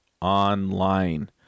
online